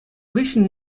хыҫҫӑн